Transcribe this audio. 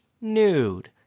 nude